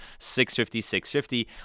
650-650